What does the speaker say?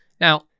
Now